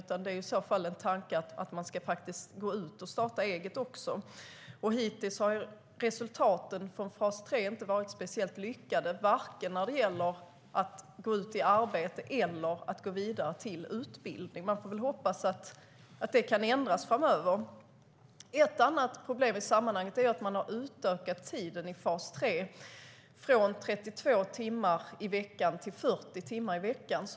Tanken är väl i så fall i stället att man faktiskt ska gå ut och starta eget också. Hittills har resultaten från fas 3 inte varit speciellt lyckade vare sig när det gäller att gå ut i arbete eller att gå vidare till utbildning. Vi får väl hoppas att det kan ändras framöver. Ett annat problem i sammanhanget är att man har utökat tiden i fas 3 från 32 timmar i veckan till 40 timmar i veckan.